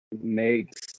makes